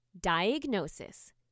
Diagnosis